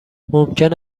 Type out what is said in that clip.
ممکن